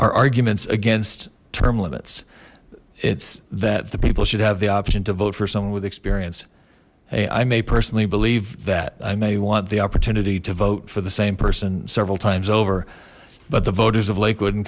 arguments against term limits it's that the people should have the option to vote for someone with experience hey i may personally believe that i may want the opportunity to vote for the same person several times over but the voters of lakewood